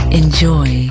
enjoy